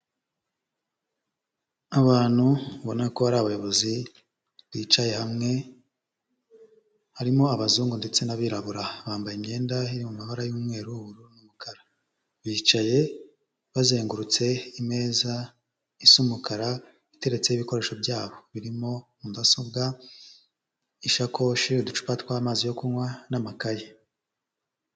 Abantu ubona ko ari abayobozi bicaye hamwe, harimo abazungu ndetse n'abirabura, bambaye imyenda yo mu mabara y'umweru n'umukara, bicaye bazengurutse imeza isa umukara iteretseho ibikoresho byabo birimo mudasobwa, isakoshi y’uducupa twa amazi yo kunywa, n’amakaye.